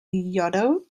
yodel